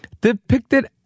depicted